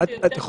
מה